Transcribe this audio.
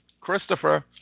Christopher